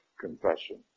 confession